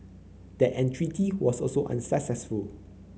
that entreaty was also unsuccessful